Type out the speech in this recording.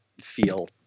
feel